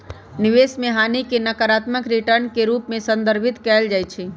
निवेश में हानि के नकारात्मक रिटर्न के रूप में संदर्भित कएल जाइ छइ